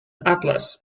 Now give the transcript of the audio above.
atlas